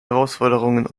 herausforderungen